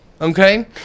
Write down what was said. Okay